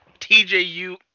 TJU